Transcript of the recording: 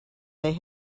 they